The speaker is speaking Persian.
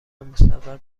مصور